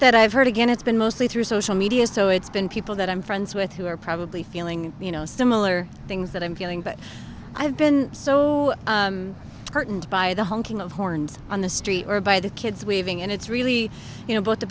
that i've heard again it's been mostly through social media so it's been people that i'm friends with who are probably feeling you know similar things that i'm feeling but i've been so heartened by the honking of horns on the street or by the kids waving and it's really you know both the